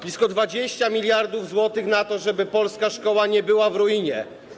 Blisko 20 mld zł na to, żeby polska szkoła nie była w ruinie.